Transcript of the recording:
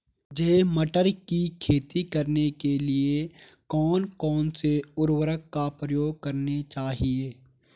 मुझे मटर की खेती करने के लिए कौन कौन से उर्वरक का प्रयोग करने चाहिए?